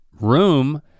room